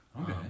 Okay